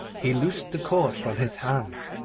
he loosed the cord from his hands,